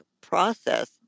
process